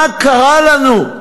מה קרה לנו?